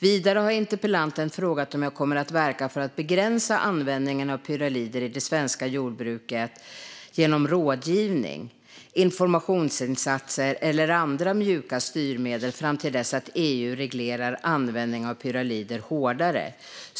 Vidare har interpellanten frågat om jag kommer att verka för att begränsa användningen av pyralider i det svenska jordbruket genom rådgivning, informationsinsatser eller andra mjuka styrmedel fram till dess att EU har reglerat användningen av pyralider hårdare.